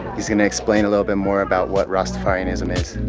he's going to explain a little bit more about what rastafarianism is.